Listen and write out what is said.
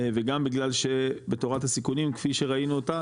וגם בגלל שבתורת הסיכונים כפי שראינו אותה,